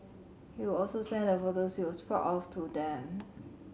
he would also send the photos he was proud of to them